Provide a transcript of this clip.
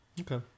Okay